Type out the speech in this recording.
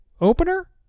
opener